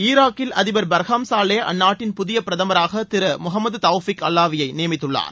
ஈராக்கில் அதிபர் Barham Salih அந்நாட்டின் புதிய பிரதமராக திரு முகமது டாஃபிக் அல்லாவி யை நியமித்துள்ளார்